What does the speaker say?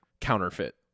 counterfeit